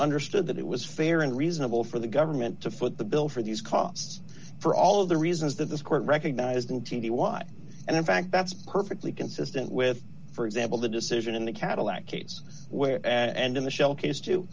understood that it was fair and reasonable for the government to foot the bill for these costs for all of the reasons that this court recognised and t t y and in fact that's perfectly consistent with for example the decision in the cadillac where and in the shell case to